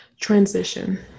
transition